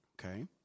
Okay